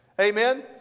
Amen